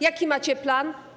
Jaki macie plan?